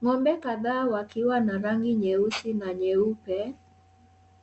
Ng'ombe kadhaa wakiwa na rangi nyeusi na nyeupe